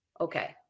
Okay